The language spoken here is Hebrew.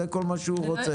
זה כל מה שהוא רוצה.